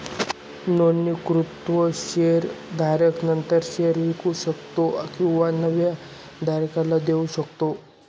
नोंदणीकृत शेअर धारक नंतर शेअर विकू शकतो किंवा नव्या धारकाला देऊ शकतो